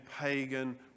pagan